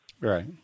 Right